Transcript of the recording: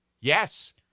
yes